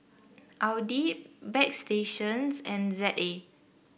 Audi Bagstationz and Z A